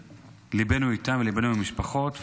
וליבנו איתן, ליבנו עם המשפחות.